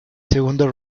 segundo